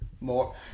more